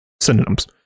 synonyms